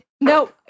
No